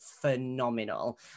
phenomenal